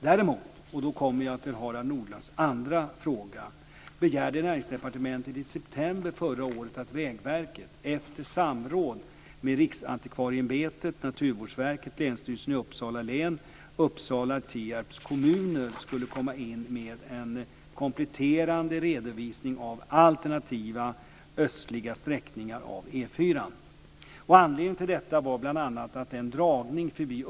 Däremot, och då kommer jag till Harald Nordlunds andra fråga, begärde Näringsdepartementet i september förra året att Vägverket - efter samråd med - skulle komma in med en kompletterande redovisning av alternativa östliga sträckningar av E 4:an.